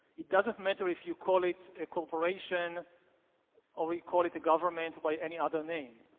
it doesn't matter if you call it it corporation or we call it the government by any other name,